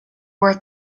worth